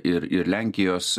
ir ir lenkijos